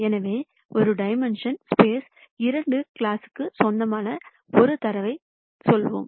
எனவே இரு டைமென்ஷன் ஸ்பேஸ்ல் இரண்டு கிளாஸ்க்கு சொந்தமான ஒரு தரவைச் சொல்வோம்